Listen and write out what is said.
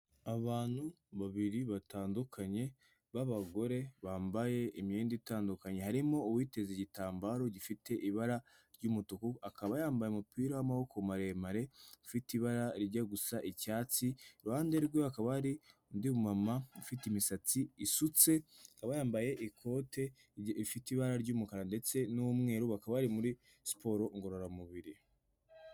Abantu babiri batandukanye, b'abagore bambaye imyenda itandukanye, harimo uwiteze igitambaro gifite ibara ry'umutuku, akaba yambaye umupira w'amaboko maremare ufite ibara rijya gusa icyatsi, iruhande rwe hakaba hari undi mama ufite imisatsi isutse, akaba yambaye ikote rifite ibara ry'umukara ndetse n'umweru, bakaba bari muri siporo ngororamubiri.